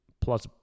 plus